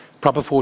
proper